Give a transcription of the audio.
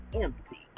empty